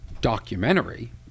documentary